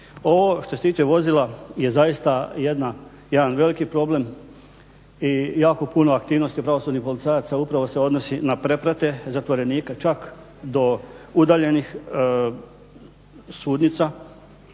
Ovo što se tiče vozila je zaista jedan veliki problem i jako puno aktivnosti pravosudnih policajaca se upravo se odnosi na preprate zatvorenika čak do udaljenih sudnica